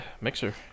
Mixer